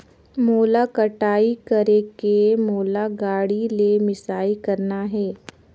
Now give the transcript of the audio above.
मोला कटाई करेके मोला गाड़ी ले मिसाई करना हे?